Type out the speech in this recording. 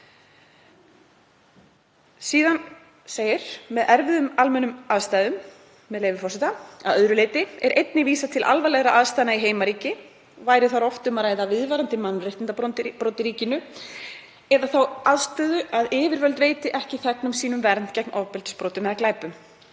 forseta: „Með erfiðum almennum aðstæðum að öðru leyti er einnig vísað til alvarlegra aðstæðna í heimaríki og væri þar oft um að ræða viðvarandi mannréttindabrot í ríkinu eða þá aðstöðu að yfirvöld veiti ekki þegnum sínum vernd gegn ofbeldisbrotum eða glæpum.“